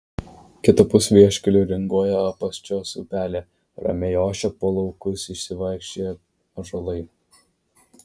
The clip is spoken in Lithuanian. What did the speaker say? kitapus vieškelio ringuoja apaščios upelė ramiai ošia po laukus išsivaikščioję ąžuolai